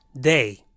day